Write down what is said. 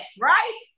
right